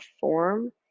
form